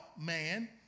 man